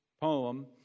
poem